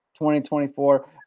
2024